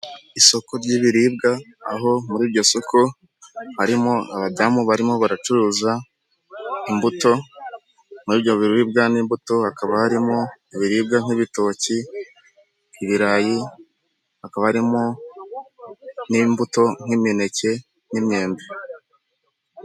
Isoko ry'ibiribwa aho muri iryo soko harimo abadamu barimo baracuruza imbuto muri ibyo biribwa harimo n'imbuto hakaba harimo ibiribwa nk'ibitoki ,ibirayi hakaba harimo n'imbuto nk'imineke n'imyembe .